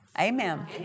Amen